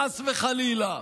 חס וחלילה,